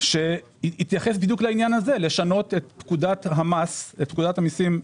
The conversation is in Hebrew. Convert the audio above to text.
לשנות את פקודת המסים,